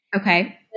Okay